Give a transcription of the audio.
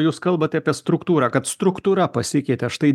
jūs kalbat apie struktūrą kad struktūra pasikeitė štai